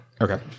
Okay